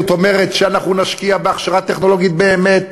זאת אומרת, אנחנו נשקיע בהכשרה טכנולוגית באמת,